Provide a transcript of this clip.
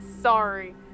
Sorry